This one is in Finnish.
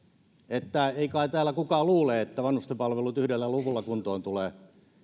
että ei kai täällä kukaan luule että vanhusten palvelut yhdellä luvulla kuntoon tulevat